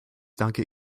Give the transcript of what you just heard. danke